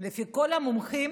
לפי כל המומחים